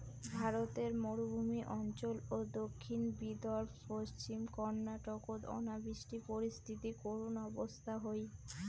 ভারতর মরুভূমি অঞ্চল ও দক্ষিণ বিদর্ভ, পশ্চিম কর্ণাটকত অনাবৃষ্টি পরিস্থিতি করুণ অবস্থা হই